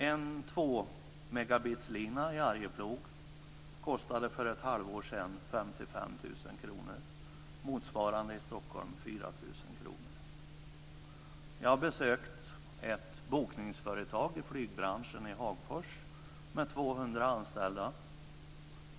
En tvåmegabitslina i Arjeplog kostade för ett halvår sedan Jag har besökt ett bokningsföretag i flygbranschen i Hagfors med 200 anställda.